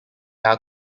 are